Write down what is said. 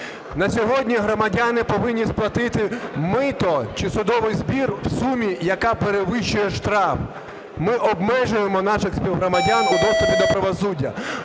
На сьогодні громадяни повинні сплатити мито чи судовий збір в сумі, яка перевищує штраф. Ми обмежуємо наших співгромадян у доступі до правосуддя.